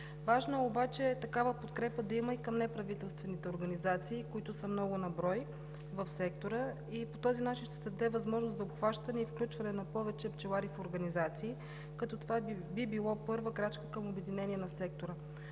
Важно е обаче такава подкрепа да има и към неправителствените организации, които са много на брой в сектора, и по този начин ще се даде възможност да обхване и включване на повече пчелари в организации, като това би било първа крачка към обединение на сектора.